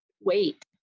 wait